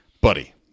Buddy